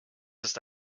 ist